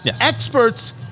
experts